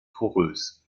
porös